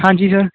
ਹਾਂਜੀ ਸਰ